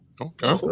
okay